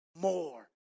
more